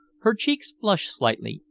her cheeks flushed slightly,